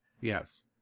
Yes